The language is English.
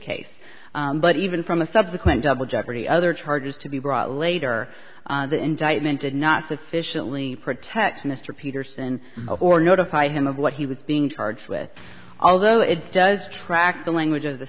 case but even from the subsequent double jeopardy other charges to be brought later the indictment did not sufficiently protect mr peterson or notify him of what he was being charged with although it does track the language